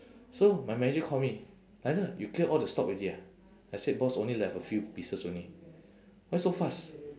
so my manager call me lionel you clear all the stock already ah I said boss only left a few pieces only why so fast